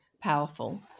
powerful